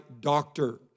doctor